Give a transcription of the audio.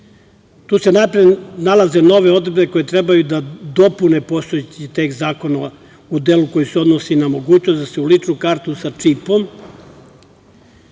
Tu se najpre nalaze nove odredbe koje treba da dopune postojeći tekst zakona u delu koji se odnosi na mogućnost da se u ličnu kartu sa čipom,